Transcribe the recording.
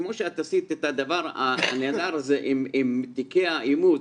כמו שאת עשית את הדבר הנהדר הזה עם תיקי האימוץ,